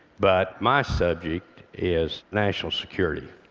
but my subject is national security.